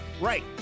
Right